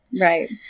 Right